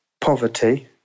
poverty